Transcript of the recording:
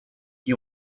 you